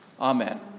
Amen